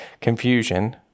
Confusion